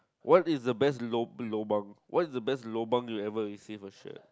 what is the best lo~ lobang what is the best lobang you ever received a shit